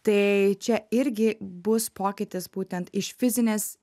tai čia irgi bus pokytis būtent iš fizinės